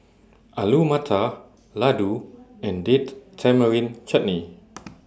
Alu Matar Ladoo and Date Tamarind Chutney